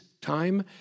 time